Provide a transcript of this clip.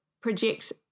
project